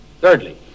Thirdly